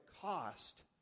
cost